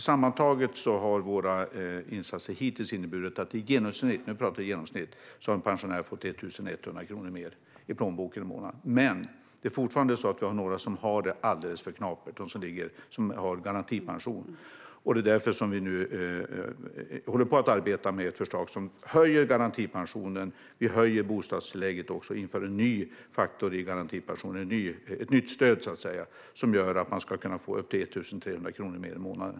Sammantaget har våra insatser hittills inneburit att en pensionär har fått i genomsnitt - nu talar vi om genomsnitt - 1 100 kronor mer i plånboken i månaden. Men vi har fortfarande några som har det alldeles för knapert, de som har garantipension. Därför arbetar vi nu med ett förslag om att höja garantipensionen. Vi höjer också bostadstillägget och inför en ny faktor i garantipensionen, ett nytt stöd så att säga, så att man ska kunna få upp till 1 300 kronor mer i månaden.